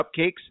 Cupcakes